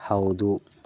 ಹೌದು